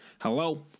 Hello